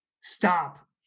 Stop